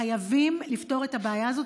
חייבים לפתור את הבעיה הזאת.